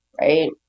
right